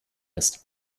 ist